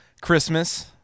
Christmas